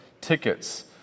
tickets